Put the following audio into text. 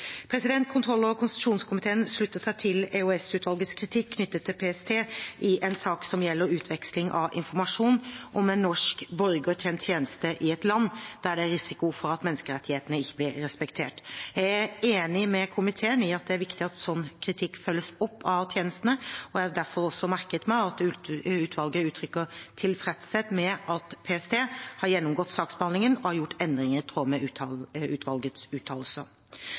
Kontroll- og konstitusjonskomiteen slutter seg til EOS-utvalgets kritikk knyttet til PST i en sak som gjelder utveksling av informasjon om en norsk borger til en tjeneste i et land der det er risiko for at menneskerettighetene ikke blir respektert. Jeg er enig med komiteen i at det er viktig at slik kritikk følges opp av tjenestene, og jeg har derfor merket meg at utvalget uttrykker tilfredshet med at PST har gjennomgått saksbehandlingen og gjort endringer i tråd med utvalgets